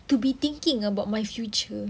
to be thinking about my future